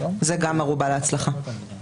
זו גם ערובה להצלחה.